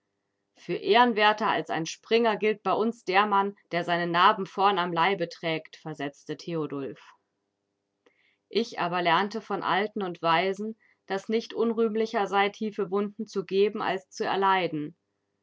für ehrenwerter als ein springer gilt bei uns der mann der seine narben vorn am leibe trägt versetzte theodulf ich aber lernte von alten und weisen daß nicht unrühmlicher sei tiefe wunden zu geben als zu erleiden